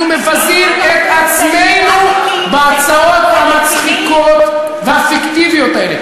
אנחנו מבזים את עצמנו בהצעות המצחיקות והפיקטיביות האלה.